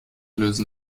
lösen